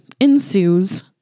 ensues